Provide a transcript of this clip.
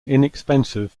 inexpensive